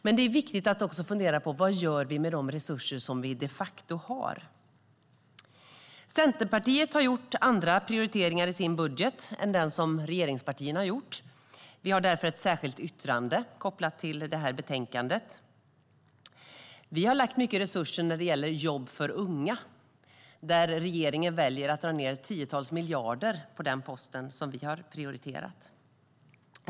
Men det är viktigt att fundera på: Vad gör vi med de resurser som vi de facto har? Centerpartiet har gjort andra prioriteringar i sin budget än den som regeringspartierna har gjort. Vi har därför ett särskilt yttrande kopplat till betänkandet. Vi har föreslagit mycket resurser när det gäller jobb för unga. På den posten som vi har prioriterat väljer regeringen att dra ned tiotals miljarder.